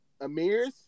Amir's